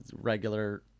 regular